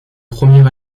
premier